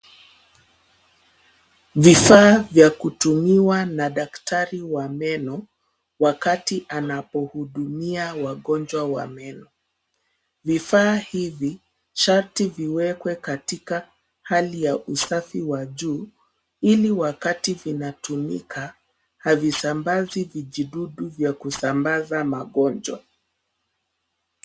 Vifaa vya kutumiwa na daktari wa meno wakati anapohudumia wagonjwa wa meno. Vifaa hivi sharti viwekwe katika hali ya usafi wa juu ili wakati vinatumika, havisambazi vijidudu vya kusambaza magonjwa.